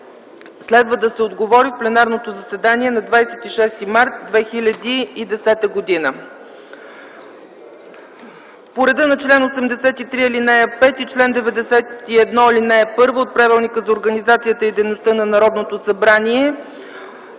Следва да се отговори в пленарното заседание на 26 март 2010 г. По реда на чл. 83, ал. 5 и чл. 91, ал. 1 от Правилника за организацията и дейността на Народното събрание